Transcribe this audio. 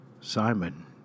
Simon